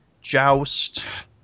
Joust